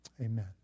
amen